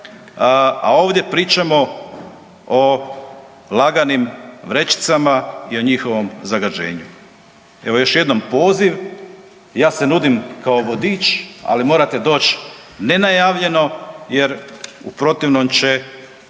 a ovdje pričamo o laganim vrećicama i o njihovom zagađenju. Evo još jednom poziv, ja se nudim kao vodič ali morate doć nenajavljeno jer u protivnom će